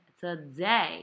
today